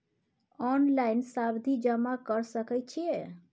Online सावधि जमा कर सके छिये?